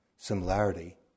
similarity